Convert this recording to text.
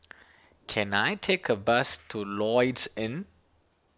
can I take a bus to Lloyds Inn